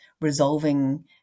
resolving